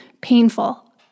painful